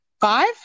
Five